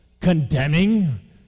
condemning